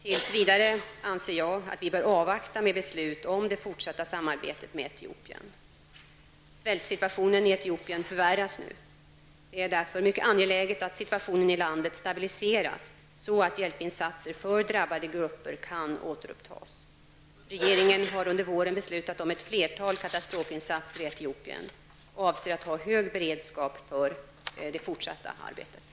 Tills vidare anser jag att vi bör avvakta med beslut om det fortsatta samarbetet med Etiopien. Svältsituationen i Etiopien förvärras nu. Det är därför mycket angeläget att situationen i landet stabiliseras så att hjälpinsatser för drabbade grupper kan återupptas. Regeringen har under våren beslutat om ett flertal katastrofinsatser i Etiopien och avser att ha hög beredskap för det fortsatta arbetet.